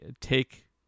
take